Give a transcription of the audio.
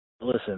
Listen